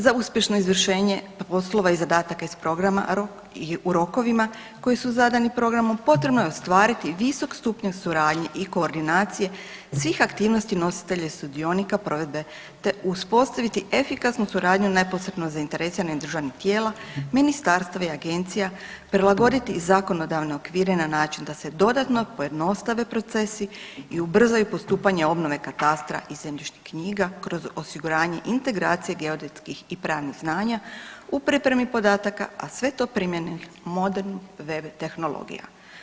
Za uspješno izvršenje poslova i zadataka iz programa i u rokovima koji su zadani programom potrebno je ostvariti visok stupanj suradnje i koordinacije svih aktivnosti nositelja i sudionika provedbe te uspostaviti efikasnu suradnju neposredno zainteresiranih državnih tijela, ministarstava i agencija, prilagoditi i zakonodavne okvire na način da se dodatno pojednostave procesi i ubrzaju postupanja obnove katastra i zemljišnih knjiga kroz osiguranje integracije geodetskih i pravnih znanja u pripremi podataka, a sve to promjenom modrenih …/nerazumljivo/… tehnologija.